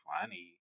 funny